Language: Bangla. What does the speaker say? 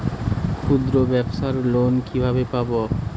ক্ষুদ্রব্যাবসার লোন কিভাবে পাব?